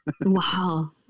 Wow